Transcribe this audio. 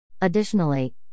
Additionally